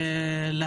גם לקבל הערות,